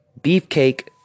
Beefcake